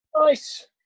Nice